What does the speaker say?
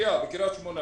המאפייה בקריית שמונה